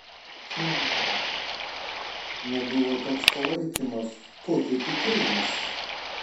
hm nebuvo toks palaikymas kokio tikėjausi